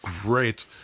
great